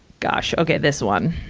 gosh, okay this one.